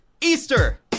Easter